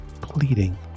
pleading